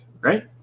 right